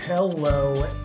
hello